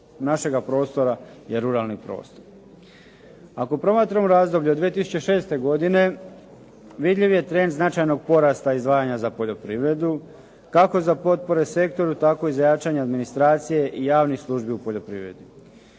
našega prostora je ruralni prostor. Ako promatramo razdoblje od 2006. godine vidljiv je trend značajnog porasta izdvajanja za poljoprivredu, kako za potpore sektoru, tako i za jačanja administracije i javnih službi u poljoprivredu.